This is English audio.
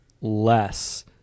less